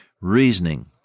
Reasoning